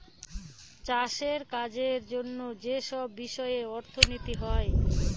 চাষের কাজের জন্য যেসব বিষয়ে অর্থনীতি হয়